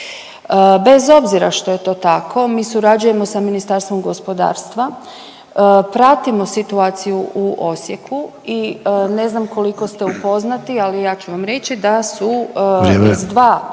Bez obzira što je to tako mi surađujemo sa Ministarstvom gospodarstva, pratimo situaciju u Osijeku i ne znam koliko ste upoznati, ali ja ću vam reći da su…/Upadica